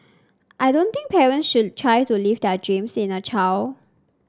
I don't think parents should try to live their dreams in a child